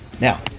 Now